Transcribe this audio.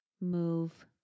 move